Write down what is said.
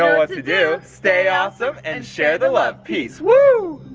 know what to do. stay awesome and share the love, peace. woo!